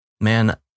man